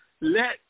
Let